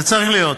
זה צריך להיות,